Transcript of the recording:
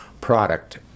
product